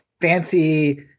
fancy